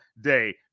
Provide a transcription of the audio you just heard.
day